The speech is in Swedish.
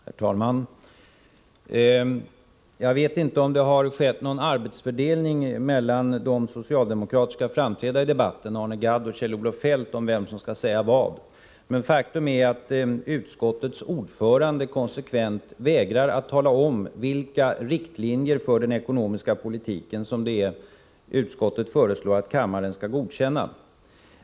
Herr talman! Jag vet inte om det har gjorts upp en arbetsfördelning mellan de socialdemokratiska aktörerna Arne Gadd och Kjell-Olof Feldt om vem som skall säga vad. Ett faktum är att utskottets ordförande konsekvent vägrar att tala om vilka riktlinjer för den ekonomiska politiken som utskottet föreslår att kammaren skall godkänna.